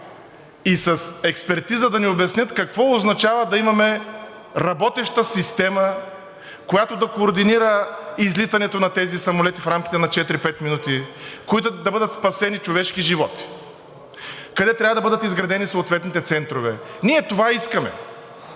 и с експертиза да ни обяснят какво означава да имаме работеща система, която да координира излитането на тези самолети в рамките на четири-пет минути, с които да бъдат спасени човешки животи, къде трябва да бъдат изградени съответните центрове – ние това искаме.